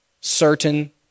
certain